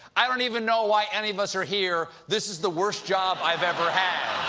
i don't even know why any of us are here. this is the worst job i've ever had.